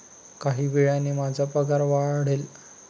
काही वेळाने माझा पगार वाढेल